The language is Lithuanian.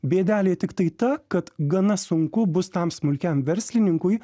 bėdelė tiktai ta kad gana sunku bus tam smulkiam verslininkui